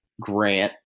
grant